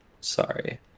sorry